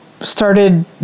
started